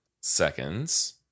seconds